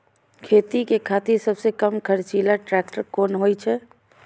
खेती के खातिर सबसे कम खर्चीला ट्रेक्टर कोन होई छै?